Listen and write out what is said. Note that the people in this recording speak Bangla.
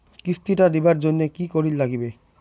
কিস্তি টা দিবার জন্যে কি করির লাগিবে?